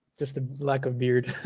just the lack of beard.